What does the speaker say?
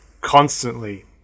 constantly